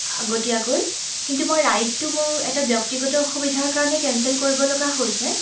আগতীয়াকৈ কিন্তু মই ৰাইডটো মোৰ এটা ব্যক্তিগত অসুবিধাৰ কাৰণে কেঞ্চেল কৰিবলগা হৈছে